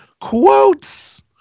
quotes